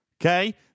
okay